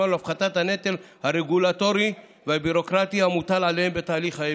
ולהפחתת הנטל הרגולטורי והביורוקרטי המוטל עליהם בתהליך היבוא.